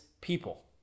people